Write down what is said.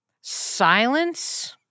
silence